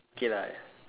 okay lah